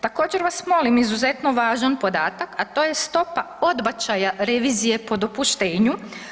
Također vas molim izuzetno važan podatak, a to je stopa odbačaja revizije po dopuštenju.